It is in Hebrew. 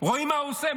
רואים מה הוא עושה.